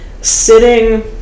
sitting